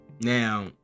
Now